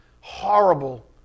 horrible